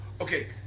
okay